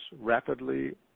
rapidly